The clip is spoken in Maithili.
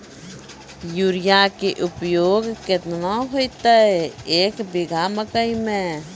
यूरिया के उपयोग केतना होइतै, एक बीघा मकई मे?